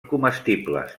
comestibles